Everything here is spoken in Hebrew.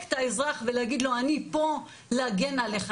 את האזרח ולהגיד לו אני פה להגן עליך?